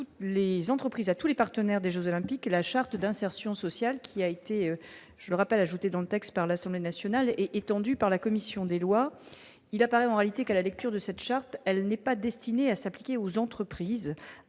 à tous les partenaires des Jeux olympiques et la charte d'insertion sociale qui a été, je rappelle ajouter dans le texte par l'Assemblée nationale et étendue par la commission des lois, il apparaît en réalité qu'à la lecture de cette charte, elle n'est pas destiné à s'appliquer aux entreprises